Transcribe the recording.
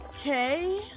okay